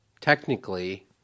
technically